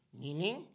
meaning